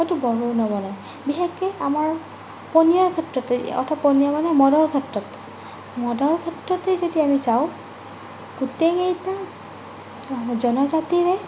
সেইটো বড়োৱে নবনাই বিশেষকৈ আমাৰ পনীয়াৰ ক্ষেত্ৰতে অকল পনীয়া মানে মদৰ ক্ষেত্ৰত মদৰ ক্ষেত্ৰতেই যদি আমি চাওঁ গোটেইকেইটা জনজাতিৰে